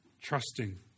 trusting